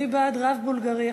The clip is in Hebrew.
אני בעד רב בולגרי אחד,